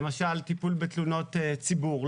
למשל טיפול בתלונות ציבור,